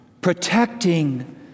protecting